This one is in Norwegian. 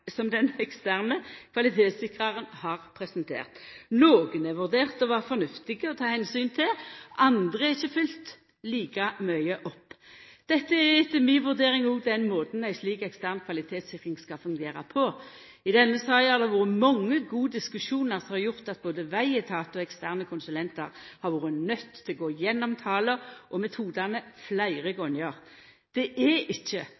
som den eksterne kvalitetssikraren har presentert. Nokre er vurderte til å vera fornuftige å ta omsyn til, andre er ikkje følgde like mykje opp. Dette er etter mi vurdering òg den måten ei slik ekstern kvalitetssikring skal fungera på. I denne saka har det vore mange gode diskusjonar, som har gjort at både vegetaten og eksterne konsulentar har vore nøydde til å gå igjennom tala og metodane sine fleire gonger. Det er ikkje